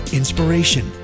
inspiration